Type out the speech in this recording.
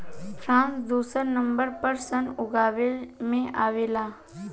France दुसर number पर सन उगावे में आवेला